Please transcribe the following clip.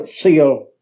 seal